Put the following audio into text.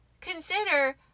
consider